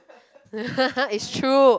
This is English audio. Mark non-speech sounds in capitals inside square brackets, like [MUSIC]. [LAUGHS] it's true